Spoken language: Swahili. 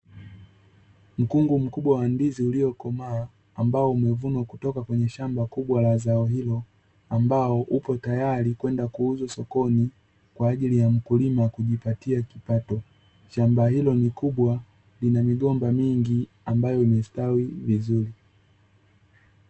Mkungu mkubwa wa ndizi uliokomaa, ambao umevunwa kutoka kwenye shamba kubwa la zao hilo, ambao uko tayari kwenda kuuzwa sokoni kwa ajili ya mkulima kujipatia kipato. Shamba hilo ni kubwa, lina migomba mingi ambayo imestawi vizuri .